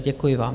Děkuji vám.